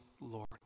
Lord